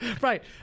Right